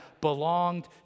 belonged